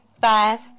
five